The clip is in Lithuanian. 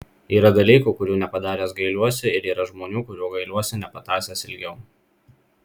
yra dalykų kurių nepadaręs gailiuosi ir yra žmonių kurių gailiuosi nepatąsęs ilgiau